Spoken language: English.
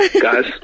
guys